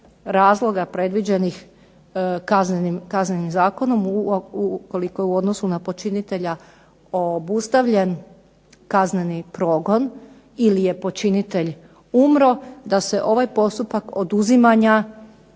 razloga predviđenih kaznenim zakonom ukoliko je u odnosu na počinitelja obustavljen kazneni progon ili je počinitelj umro, da se ovaj postupak oduzimanja